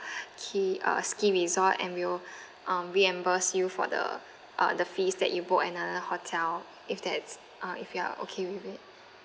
~ ki uh ski resort and we'll um reimburse you for the uh the fees that you booked another hotel if that's uh if you're okay with it